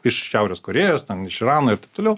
iš šiaurės korėjos ten iš irano ir taip toliau